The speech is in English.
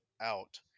out